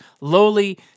lowly